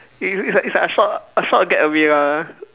it's it's like it's like a short a short getaway lah